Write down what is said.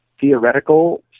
theoretical